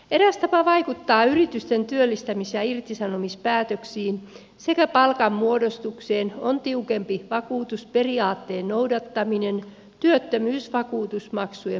eräs tapa vaikuttaa yritysten työllistämis ja irtisanomispäätöksiin sekä palkanmuodostukseen on tiukempi vakuutusperiaatteen noudattaminen työttömyysvakuutusmaksujen määräytymisessä